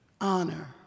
Honor